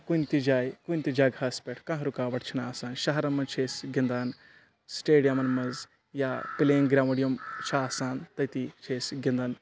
کُنہِ تہِ جایہِ کُنہِ تہِ جگہس پٮ۪ٹھ کانٛہہ رُکاوٹ چھنہٕ آسان شہرن منٛز چھِ أسۍ گنٛدان سِٹیڈیمن منٛز یا پٕلییِنٛگ گرونڈ یِم چھِ آسان تٔتی چھِ أسۍ گنٛدان